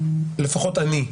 לפחות אני,